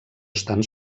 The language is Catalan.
estan